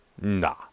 Nah